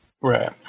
Right